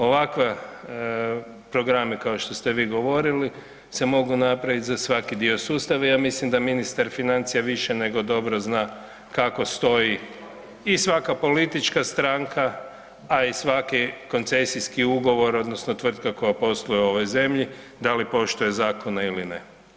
Ovakvi programi kao što ste vi govorili se mogu napraviti za svaki dio sustava i ja mislim da ministar financija više nego dobro zna kako stoji i svaka politička stranka, a i svaki koncesijski ugovor odnosno tvrtka koja posluje u ovoj zemlji da li poštuje zakone ili ne.